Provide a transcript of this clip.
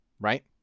right